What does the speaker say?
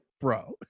bro